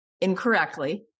incorrectly